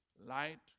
Light